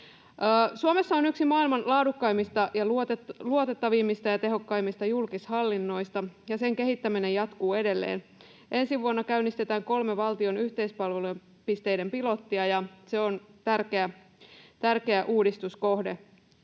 Suomessa on yksi maailman laadukkaimmista, luotettavimmista ja tehokkaimmista julkishallinnoista, ja sen kehittäminen jatkuu edelleen. Ensi vuonna käynnistetään kolme valtion yhteispalvelupisteiden pilottia, ja se on tärkeä uudistuskohde.